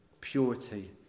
purity